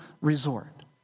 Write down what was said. resort